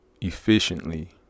efficiently